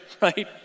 right